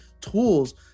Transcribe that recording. tools